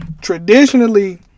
Traditionally